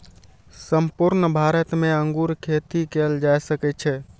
संपूर्ण भारत मे अंगूर खेती कैल जा सकै छै